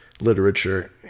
literature